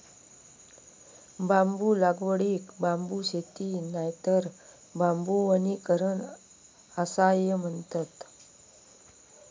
बांबू लागवडीक बांबू शेती नायतर बांबू वनीकरण असाय म्हणतत